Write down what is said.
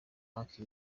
banki